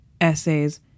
essays